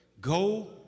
go